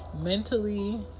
mentally